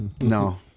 No